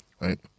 Right